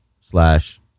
slash